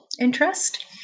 interest